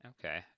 okay